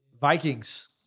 Vikings